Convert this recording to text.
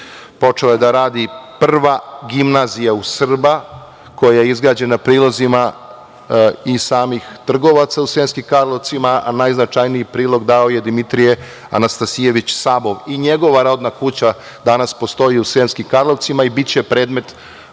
počela je da radi prva gimnazija u Srba, koja je izgrađena prilozima i samih trgovaca u Sremskim Karlovcima, a najznačajniji prilog dao je Dimitrije Anastasasijević Sabo, i njegova rodna kuća danas postoji u Sremskim Karlovcima i biće predmet